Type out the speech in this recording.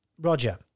Roger